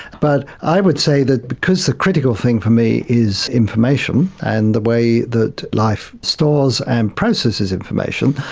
but i would say that because the critical thing for me is information and the way that life stores and processes information,